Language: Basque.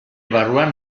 barruan